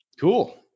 Cool